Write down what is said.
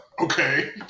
okay